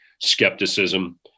skepticism